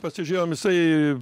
pasižiūrėjom jisai